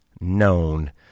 known